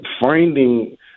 finding